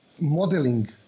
modeling